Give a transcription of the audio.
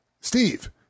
Steve